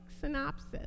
synopsis